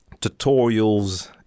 tutorials